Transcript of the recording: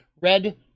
red